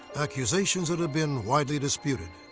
accusations that have been widely disputed.